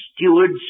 stewards